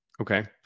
Okay